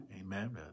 Amen